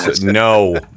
No